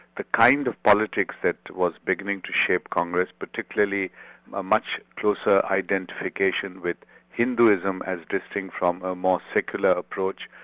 the kind of politics that was beginning to shape congress, particularly a much closer identification with hinduism as distinct from a more secular approach,